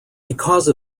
because